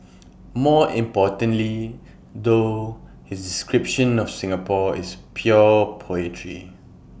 more importantly though his description of Singapore is pure poetry